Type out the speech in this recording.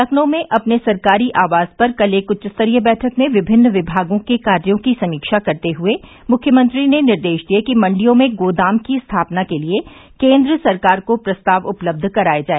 लखनऊ में अपने सरकारी आवास पर कल एक उच्चस्तरीय बैठक में विभिन्न विभागों के कार्यों की समीक्षा करते हये मुख्यमंत्री ने निर्देश दिए कि मंडियों में गोदाम की स्थापना के लिए केन्द्र सरकार को प्रस्ताव उपलब्ध कराए जाए